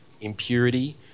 impurity